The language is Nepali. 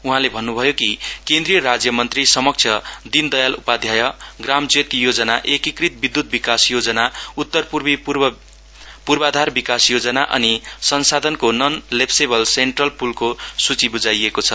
उहाँले भन्न् भयो कि केन्द्रिय राज्यमन्त्री समक्ष दिनदयाल उपाध्याय ग्राम ज्योति योजना एकीकृत विद्युत विकास योजना उतरपूर्वी पूर्वाधार विकास योजना अनि संसाधनको नन लेप्सेबल सेन्ट्रल पुलको सूचि बुझाइएको छ